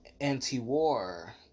anti-war